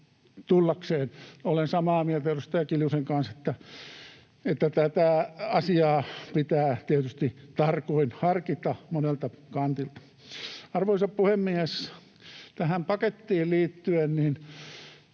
tullakseen. Olen samaa mieltä edustaja Kiljusen kanssa, että tätä asiaa pitää tietysti tarkoin harkita monelta kantilta. Arvoisa puhemies! Tähän pakettiin liittyen